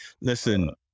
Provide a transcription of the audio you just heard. listen